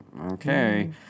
Okay